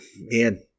man